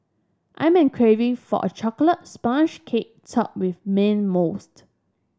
I am an craving for a chocolate sponge cake topped with mint mousse